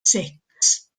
six